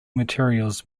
materials